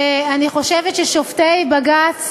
אני חושבת שכששופטי בג"ץ